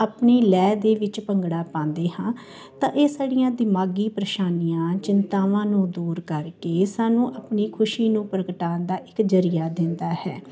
ਆਪਣੀ ਲੈਅ ਦੇ ਵਿੱਚ ਭੰਗੜਾ ਪਾਉਂਦੇ ਹਾਂ ਤਾਂ ਇਹ ਸਾਡੀਆਂ ਦਿਮਾਗੀ ਪਰੇਸ਼ਾਨੀਆਂ ਚਿੰਤਾਵਾਂ ਨੂੰ ਦੂਰ ਕਰਕੇ ਸਾਨੂੰ ਆਪਣੀ ਖੁਸ਼ੀ ਨੂੰ ਪ੍ਰਗਟਾਉਣ ਦਾ ਇੱਕ ਜ਼ਰੀਆ ਦਿੰਦਾ ਹੈ